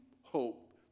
hope